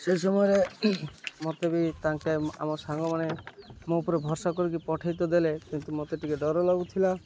ସେହି ସମୟରେ ମତେ ବି ତାଙ୍କେ ଆମ ସାଙ୍ଗମାନେ ମୋ ଉପରେ ଭରସା କରିକି ପଠେଇ ତ ଦେଲେ କିନ୍ତୁ ମତେ ଟିକେ ଡର ଲାଗୁଥିଲା